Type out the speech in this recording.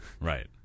Right